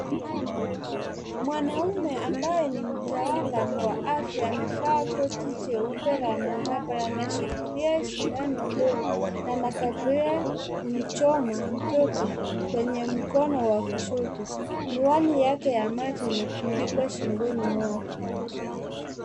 Mwanaume ambaye ni mtaalam wa afya amevaa koti cheupe la mahabara. Anashikilia sindano ndogo na anakabilia kumchoma mtoto kwenye mkono wa kushoto. Miwani yake ya macho imetundikwa shingoni mwake.